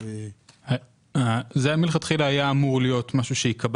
זה מלכתחילה אמור היה להיות משהו שייקבע